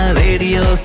radio